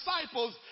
disciples